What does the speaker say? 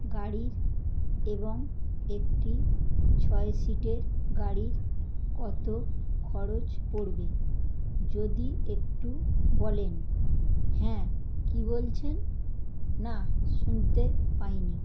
গাড়ির এবং একটি ছয় সীটের গাড়ির কতো খরচ পড়বে যদি একটু বলেন হ্যাঁ কী বলছেন না শুনতে পাই নি